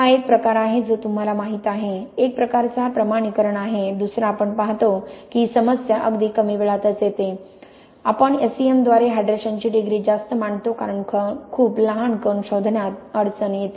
हा एक प्रकार आहे जो तुम्हाला माहीत आहे एक प्रकारचा प्रमाणीकरण आहे दुसरा आपण पाहतो की समस्या अगदी कमी वेळातच येते अगदी कमी वेळातच आपण S E M द्वारे हायड्रेशनची डिग्री जास्त मानतो कारण खूप लहान कण शोधण्यात अडचण येते